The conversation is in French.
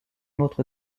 notre